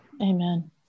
Amen